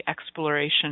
exploration